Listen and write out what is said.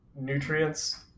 nutrients